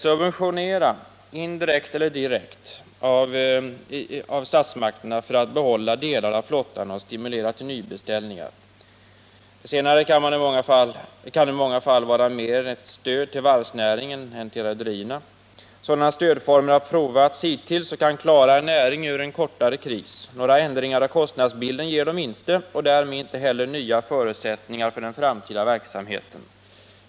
Subventioner indirekt eller direkt av statsmakterna för att behålla delar av flottan och stimulera till nybeställningar. Det senare kan i många fall vara mer ett stöd till varvsnäringen än till rederierna. Sådana stödformer har provats hittills och kan klara en näring ur en kortare kris. Några ändringar av kostnadsbilden ger de inte och därmed inte heller nya förutsättningar för den framtida verksamheten.